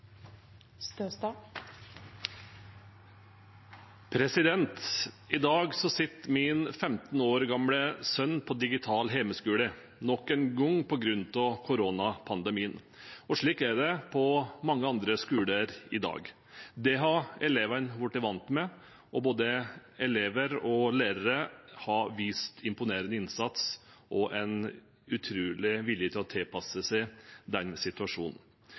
I dag sitter min 15 år gamle sønn på digital hjemmeskole, nok en gang på grunn av koronapandemien. Slik er det også på mange andre skoler i dag. Det er elevene blitt vant til, og både elever og lærere har vist imponerende innsats og en utrolig vilje til å tilpasse seg den situasjonen.